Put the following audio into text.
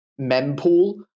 mempool